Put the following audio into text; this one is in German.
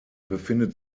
befindet